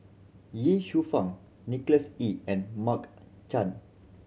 Ye Shufang Nicholas Ee and Mark Chan